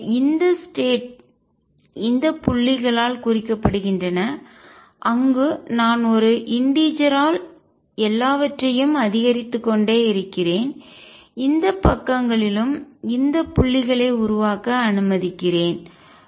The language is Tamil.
எனவே இந்த ஸ்டேட் நிலை இந்த புள்ளிகளால் குறிக்கப்படுகின்றன அங்கு நான் ஒரு இண்டீஜர் ஆல் முழு எண்ணால் எல்லாவற்றையும் அதிகரித்துக்கொண்டே இருக்கிறேன் இந்த பக்கங்களிலும் இந்த புள்ளிகளை உருவாக்க அனுமதிக்கிறேன்